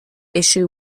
issue